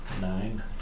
Nine